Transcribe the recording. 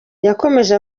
yakomeje